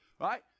Right